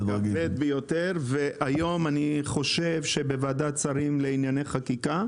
ואני חושב שבוועדת שרים לענייני חקיקה,